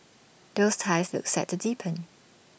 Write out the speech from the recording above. those ties look set to deepen